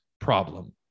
problem